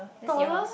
that's yours